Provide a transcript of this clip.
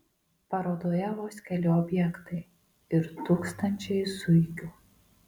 parodoje vos keli objektai ir tūkstančiai zuikių